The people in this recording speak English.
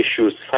issues